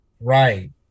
right